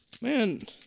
man